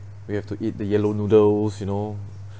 we have to eat the yellow noodles you know